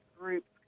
groups